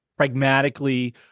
pragmatically